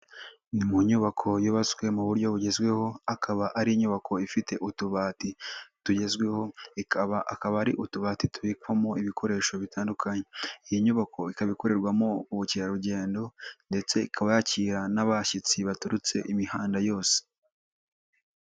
Ni mu nyubako yubatswe mu buryo bugezweho. Akaba ari inyubako ifite utubati tugezweho. Akaba ari utubati tubikwamo ibikoresho bitandukanye. Iyi nyubako ikaba ikorerwamo ubukerarugendo ndetse ikaba yakira n'abashyitsi baturutse imihanda yose.